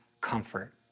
comfort